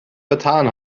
vertan